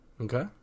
Okay